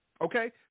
okay